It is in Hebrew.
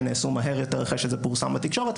הם נעשו מהר יותר אחרי שזה פורסם בתקשורת,